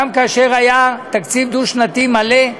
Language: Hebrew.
כאשר היה תקציב דו-שנתי מלא,